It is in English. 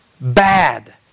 bad